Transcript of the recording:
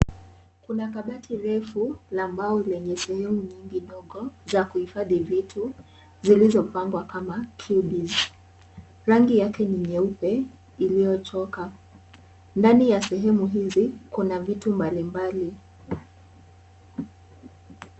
Kuna kabati refu la mbao lenye sehemu nyingi ndogo za kuhifahi vitu zilizopangwa kama Cubies . Rangi yake ni nyeupe, iliyochoka. Ndani ya sehemu hizi kuna vitu mbalimbali.